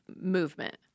movement